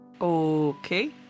Okay